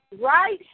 Right